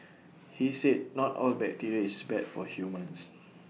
he said not all bacteria is bad for humans